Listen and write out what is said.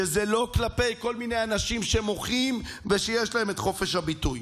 שזה לא כלפי כל מיני אנשים שמוחים ושיש להם את חופש הביטוי.